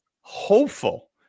hopeful